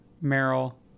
Merrill